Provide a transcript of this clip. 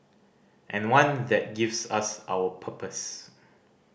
and one that gives us our purpose